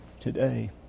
today